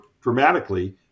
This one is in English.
dramatically